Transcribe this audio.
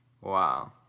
Wow